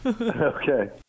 Okay